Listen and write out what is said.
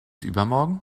übermorgen